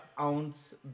ounce